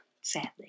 Sadly